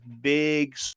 big